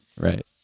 Right